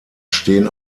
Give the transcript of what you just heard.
stehen